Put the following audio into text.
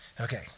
Okay